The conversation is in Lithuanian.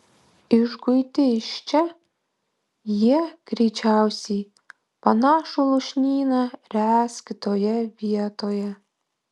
išguiti iš čia jie greičiausiai panašų lūšnyną ręs kitoje vietoje